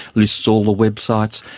lists all the websites.